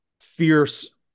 fierce